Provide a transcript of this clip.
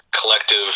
collective